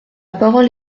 parole